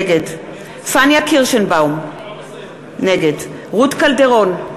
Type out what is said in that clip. נגד פניה קירשנבאום, נגד רות קלדרון,